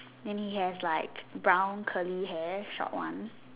and he has he has like brown curly hair short ones